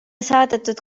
saadetud